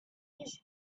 these